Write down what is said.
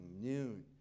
noon